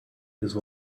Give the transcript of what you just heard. use